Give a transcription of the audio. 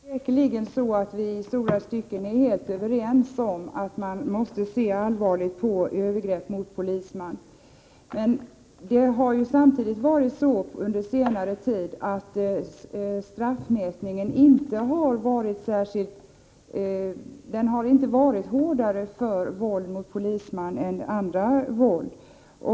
Herr talman! Det är säkerligen så att vi i stora stycken är helt överens om att man måste se allvarligt på övergrepp mot polisman. Men samtidigt har ju under senare tid straffmätningen inte varit hårdare för våld mot polisman än andra våldsbrott.